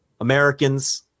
Americans